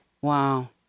Wow